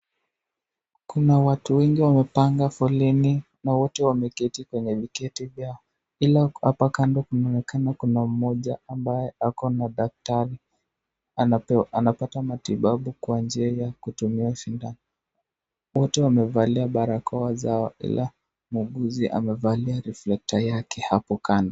Kuna watu wengi wamepanga foleni, na wote wameketi kwenye viti vyao, ila hapa kunaonekana kuna moja ambaye akona daktari, amepata matibabu kwa njia ya kumia sindano, wote wamevalia barakoa zao ila muuguzi amevalia reflector yake hapo kando.